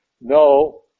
No